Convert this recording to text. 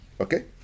Okay